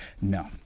No